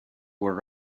were